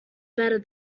better